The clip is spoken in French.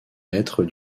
maîtres